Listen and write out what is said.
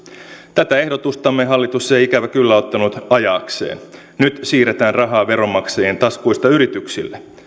tätä ehdotustamme hallitus ei ikävä kyllä ottanut ajaakseen nyt siirretään rahaa veronmaksajien taskuista yrityksille